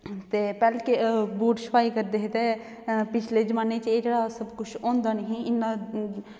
ते पैह्लें केह् बूट छुपाई करदे हे ते पिछले जमान्ने च एह् जेहड़ा सब किश होंदा निं ही इन्ना